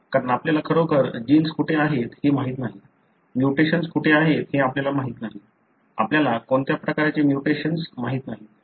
कारण आपल्याला खरोखर जीन्स कुठे आहे हे माहित नाही म्युटेशन्स कोठे आहे हे आपल्याला माहित नाही आपल्याला कोणत्या प्रकारचे म्युटेशन्स माहित नाही काहीही नाही